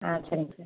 ஆ சரிங்க சார்